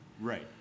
Right